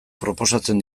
proposatzen